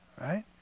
Right